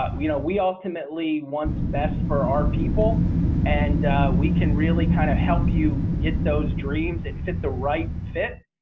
ah you know we ultimately want's best for our people and we can really kind of help you get those dreams and fit the right fit.